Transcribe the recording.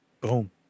Boom